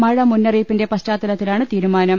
മഴ മുന്നറിയിപ്പിന്റെ പശ്ചാത്തലത്തിലാണ് തീരുമാനം